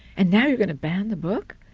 and now you're going to ban the book?